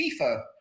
FIFA